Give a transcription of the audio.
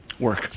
work